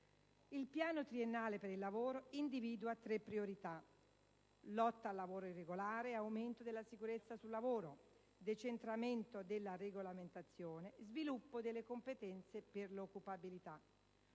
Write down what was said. Il piano triennale per il lavoro individua tre priorità: lotta al lavoro irregolare e aumento della sicurezza sul lavoro, decentramento della regolamentazione, sviluppo delle competenze per l'occupabilità.